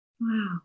Wow